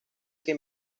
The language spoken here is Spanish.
que